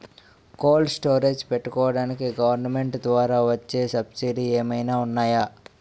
Cold storage పెట్టుకోడానికి government ద్వారా వచ్చే సబ్సిడీ ఏమైనా ఉన్నాయా?